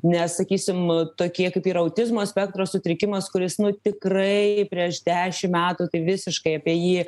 nes sakysim tokie kaip ir autizmo spektro sutrikimas kuris nu tikrai prieš dešim metų tai visiškai apie jį